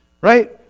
Right